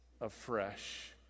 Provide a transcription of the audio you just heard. afresh